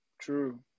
True